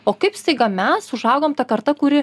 o kaip staiga mes užaugom ta karta kuri